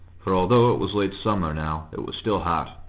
for although it was late summer now, it was still hot.